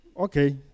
Okay